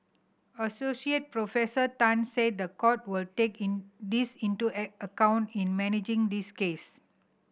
Associate Professor Tan said the court will take in this into a account in managing this case